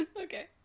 Okay